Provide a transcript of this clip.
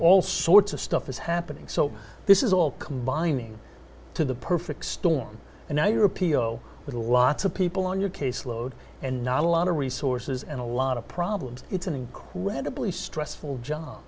all sorts of stuff is happening so this is all combining to the perfect storm and now your appeal with lots of people on your caseload and not a lot of resources and a lot of problems it's an incredibly stressful job